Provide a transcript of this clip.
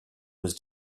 was